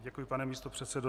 Děkuji, pane místopředsedo.